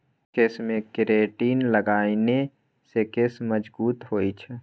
केशमे केरेटिन लगेने सँ केश मजगूत होए छै